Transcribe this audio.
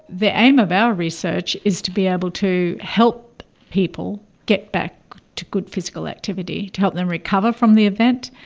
the aim of our research is to be able to help people get back to good physical activity, to help them recover from the event,